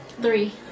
Three